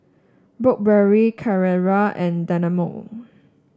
Burberry Carrera and Dynamo